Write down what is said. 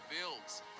builds